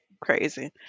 crazy